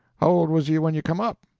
how old was you when you come up?